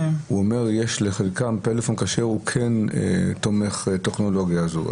יש לחלקם טלפון כשר שכן תומך את הטכנולוגיה הזאת.